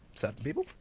certain people.